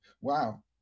Wow